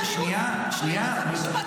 הממשלה היא --- הממשלה